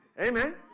Amen